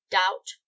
doubt